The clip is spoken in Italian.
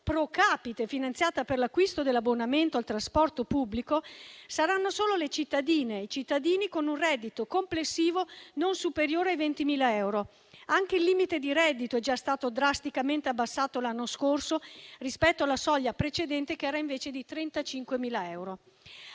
*pro capite* finanziata per l'acquisto dell'abbonamento al trasporto pubblico saranno solo le cittadine e i cittadini con un reddito complessivo non superiore ai 20.000 euro. Anche il limite di reddito è già stato drasticamente abbassato l'anno scorso rispetto alla soglia precedente, che era invece di 35.000 euro.